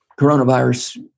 coronavirus